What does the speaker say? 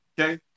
Okay